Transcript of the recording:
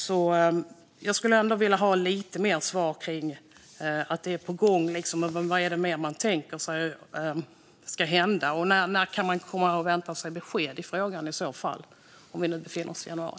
Svar på interpellationer Jag skulle vilja ha lite mer svar. Det är på gång, men vad är det man mer tänker sig ska hända? När kan man vänta sig besked i frågan, med tanke på att vi nu befinner oss i januari?